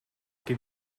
que